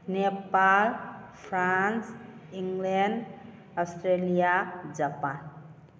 Nepal France England Australia Japan